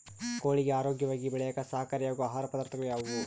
ಕೋಳಿಗೆ ಆರೋಗ್ಯವಾಗಿ ಬೆಳೆಯಾಕ ಸಹಕಾರಿಯಾಗೋ ಆಹಾರ ಪದಾರ್ಥಗಳು ಯಾವುವು?